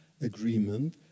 agreement